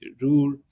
rule